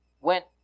went